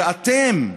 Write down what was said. שאתם,